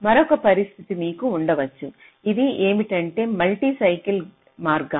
మరొక పరిస్థితి మీకు ఉండవచ్చు అది ఏమిటంటే మల్టీ సైకిల్ మార్గాలు